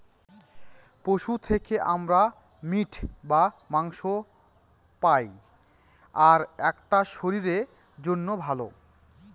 পশু থেকে আমরা মিট বা মাংস পায়, আর এটা শরীরের জন্য ভালো